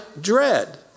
dread